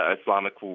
Islamic